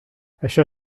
això